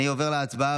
חברי הכנסת, 11